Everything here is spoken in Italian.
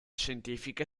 scientifica